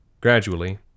gradually